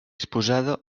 exposada